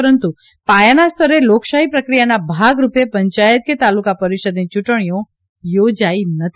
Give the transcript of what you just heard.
પરંતુ પાયાના સ્તરે લોકશાહી પ્રક્રિયાના ભાગરૂપે પંચાયત કે તાલુકા પરિષદની ચૂંટણીઓ યોજાઇ નથી